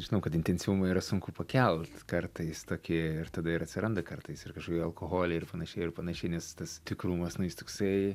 žinau kad intensyvumą yra sunku pakelt kartais tokį ir tada ir atsiranda kartais ir kažkokie alkoholiai ir panašiai ir panašiai nes tas tikrumas na jis toksai